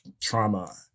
trauma